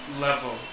level